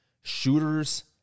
shooters